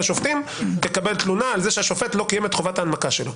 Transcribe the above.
השופטים תקבל תלונה על כך שהשופט לא קיים את חובת ההנמקה שלו.